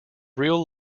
real